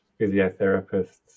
physiotherapists